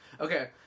Okay